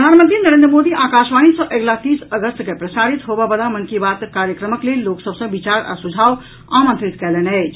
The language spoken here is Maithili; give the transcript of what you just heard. प्रधानमंत्री नरेन्द्र मोदी आकाशवाणी सॅ अगिला तीस अगस्त के प्रसारित होबय बला मन की बात कार्यक्रमक लेल लोक सभ सॅ विचार आ सुझाव आमंत्रित कयलनि अछि